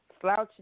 slouching